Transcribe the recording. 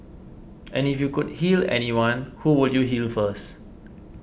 and if you could heal anyone who would you heal first